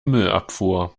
müllabfuhr